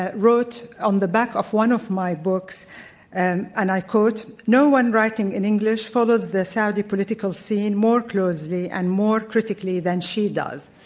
wrote on the back of one of my books and and i quote no one writing in english followed the saudi political scene more closely and more critically than she does.